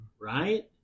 right